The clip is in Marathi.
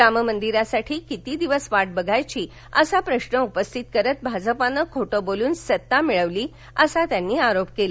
राम मंदिरासाठी किती दिवस बाट पाहायची असा प्रश्न उपस्थित करत भाजपानं खोट बोलून सत्ता मिळवली असा आरोप त्यांनी केला